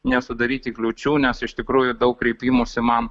nesudaryti kliūčių nes iš tikrųjų daug kreipimųsi man